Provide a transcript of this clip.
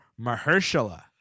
Mahershala